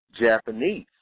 Japanese